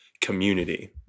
community